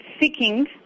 seeking